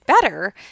better